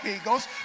eagles